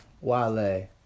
Wale